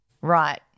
Right